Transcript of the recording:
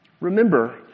Remember